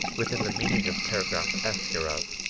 within the meaning of paragraph f hereof,